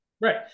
Right